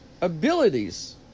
abilities